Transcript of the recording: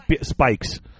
spikes